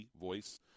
Voice